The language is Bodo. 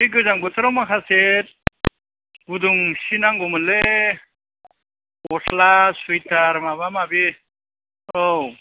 बे गोजां बोथोराव माखासे गुदुं सि नांगौमोनलै गस्ला सुइतार माबा माबि औ